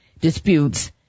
Disputes